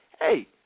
hey